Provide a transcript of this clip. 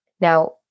Now